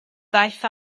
ddaeth